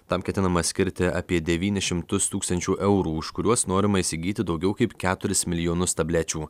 tam ketinama skirti apie devynis šimtus tūkstančių eurų už kuriuos norima įsigyti daugiau kaip keturis milijonus tablečių